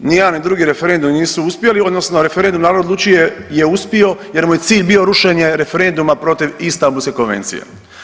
Ni jedan ni drugi referendum nisu uspjeli, odnosno referendum „Narod odlučuje“ je uspio jer mu je cilj bio rušenje referenduma protiv Istanbulske konvencije.